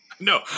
No